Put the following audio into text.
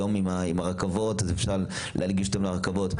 היום, עם הרכבות, אפשר להנגיש אותם לרכבות.